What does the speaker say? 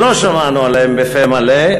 שלא שמענו עליהן בפה מלא,